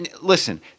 listen